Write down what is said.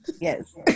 yes